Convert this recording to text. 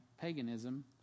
paganism